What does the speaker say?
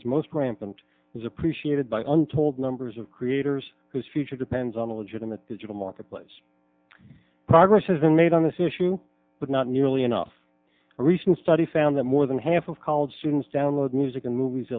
is most rampant is appreciated by untold numbers of creators whose future depends on the legitimate digital marketplace progress has been made on this issue but not nearly enough a recent study found that more than half of college students download music and movies